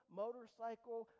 motorcycle